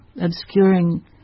obscuring